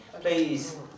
Please